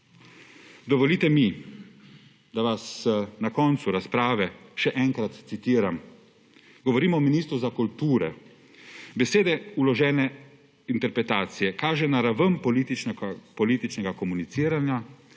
Dovolite mi, da vas na koncu razprave še enkrat citiram, govorim o ministru za kulturo. »Besede vložene interpretacije kažejo na raven političnega komuniciranja,